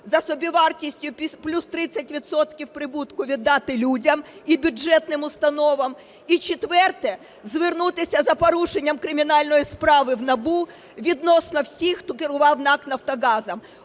за собівартістю плюс 30 відсотків прибутку віддати людям і бюджетним установам. І четверте – звернутися за порушенням кримінальної справи в НАБУ відносно всіх, хто керував НАК "Нафтогазом".